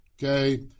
Okay